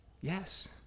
Yes